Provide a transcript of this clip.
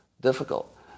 difficult